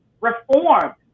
reform